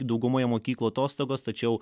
daugumoje mokyklų atostogos tačiau